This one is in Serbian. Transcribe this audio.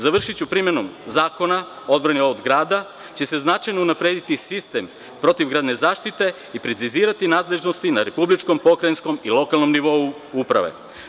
Završiću, primenom Zakona o odbrani od grada će se značajno unaprediti sistem protivgradne zaštite i precizirati nadležnosti na republičkom, pokrajinskom i lokalnom nivou uprave.